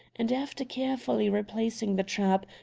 and, after carefully replacing the trap,